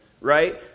right